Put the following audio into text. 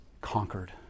conquered